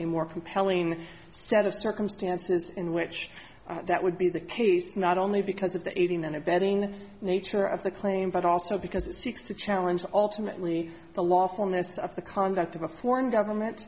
a more compelling set of circumstances in which that would be the case not only because of the aiding and abetting nature of the claim but also because it seeks to challenge ultimately the lawfulness of the conduct of a foreign government